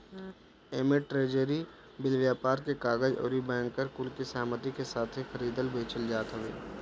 एमे treasury bill, व्यापार के कागज अउरी बैंकर कुल के सहमती के साथे खरीदल बेचल जात हवे